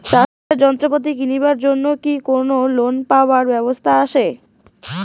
চাষের যন্ত্রপাতি কিনিবার জন্য কি কোনো লোন পাবার ব্যবস্থা আসে?